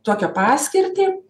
tokią paskirtį